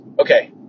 okay